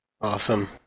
Awesome